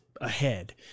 ahead